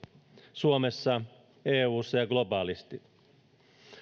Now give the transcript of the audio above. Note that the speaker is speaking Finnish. suomessa eussa ja globaalisti